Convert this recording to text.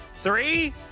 Three